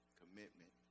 commitment